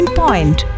point